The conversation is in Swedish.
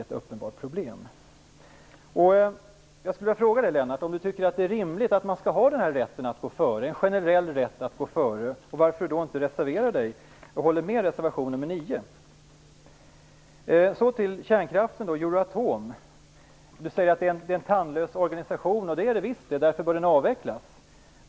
Jag skulle vilja fråga Lennart Daléus om han tycker att det är rimligt att man skall ha en generell rätt att gå före och varför han i så fall inte ansluter sig till reservation nr 9. Så till kärnkraften. Lennart Daléus säger att Euratom är en tandlös organisation. Det är det, och därför bör den avvecklas.